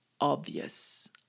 obvious